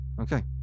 okay